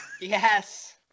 Yes